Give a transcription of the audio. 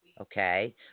Okay